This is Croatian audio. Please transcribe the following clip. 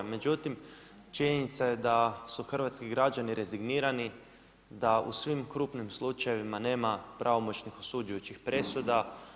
Međutim, činjenica je da su hrvatski građani rezignirani, da u svim krupnim slučajevima nema pravomoćnih osuđujućih presuda.